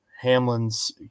Hamlin's